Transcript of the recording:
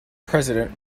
president